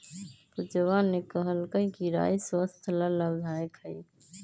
पूजवा ने कहल कई कि राई स्वस्थ्य ला लाभदायक हई